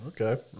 Okay